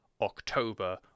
October